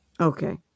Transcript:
Okay